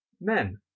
Men